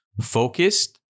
focused